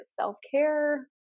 self-care